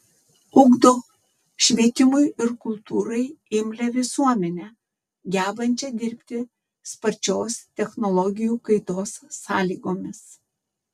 ugdo švietimui ir kultūrai imlią visuomenę gebančią dirbti sparčios technologijų kaitos sąlygomis